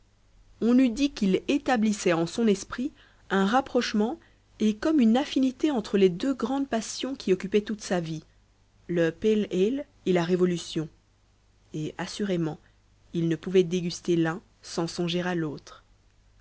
on eût dit qu'il établissait en son esprit un rapprochement et comme une affinité entre les deux grandes passions qui occupaient toute sa vie le pale ale et la révolution et assurément il ne pouvait déguster l'un sans songer à l'autre